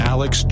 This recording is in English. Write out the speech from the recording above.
Alex